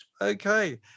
okay